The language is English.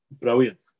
brilliant